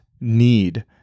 need